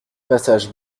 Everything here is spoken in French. passage